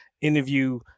interview